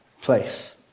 place